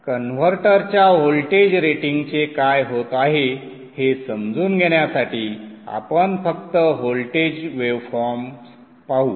कन्व्हर्टरच्या व्होल्टेज रेटिंगचे काय होत आहे हे समजून घेण्यासाठी आपण फक्त व्होल्टेज वेवफॉर्म्स पाहू